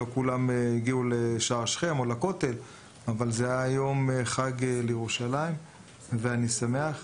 לא כולם הגיעו לשער שכם או לכותל אבל זה היה יום חג לירושלים ואני שמח.